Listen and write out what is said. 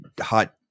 hot